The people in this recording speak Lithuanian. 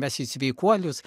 mes į sveikuolius